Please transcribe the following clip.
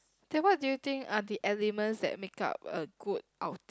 then what do you think are the elements that make up a good outing